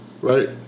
right